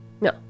No